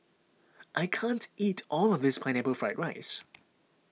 I can't eat all of this Pineapple Fried Rice